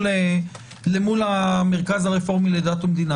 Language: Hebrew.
למול המרכז הרפורמי לדת ומדינה,